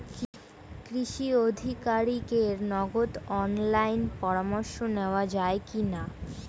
কৃষি আধিকারিকের নগদ অনলাইন পরামর্শ নেওয়া যায় কি না?